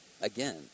again